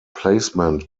placement